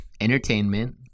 entertainment